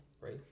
right